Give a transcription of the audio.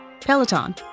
Peloton